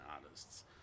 artists